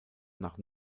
nach